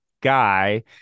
guy